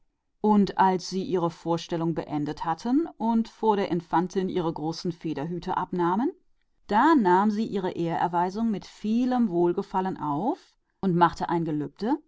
und als sie ihre aufführung beendet hatten und ihre großen federbesetzten hüte vor der infantin senkten da nahm sie ihre huldigung mit vieler höflichkeit entgegen und tat ein